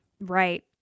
Right